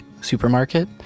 Supermarket